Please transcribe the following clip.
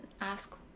ask